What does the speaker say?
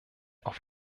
auf